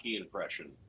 impression